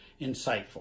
insightful